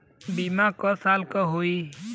बीमा क साल क होई?